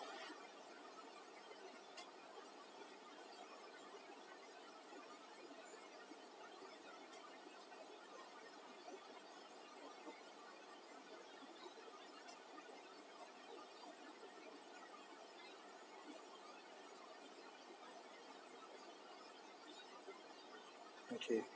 okay